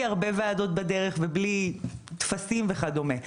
הרבה ועדות בדרך ובלי טפסים וכדומה.